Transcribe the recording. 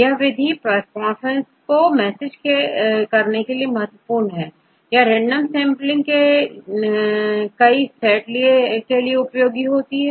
यह विधि परफॉर्मेंस को मैसेज करने के लिए विशेष महत्वपूर्ण हैं यह रेंडम सेंपलिंग के कई सेट बनाने के लिए उपयोग होती है